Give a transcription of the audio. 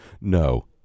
No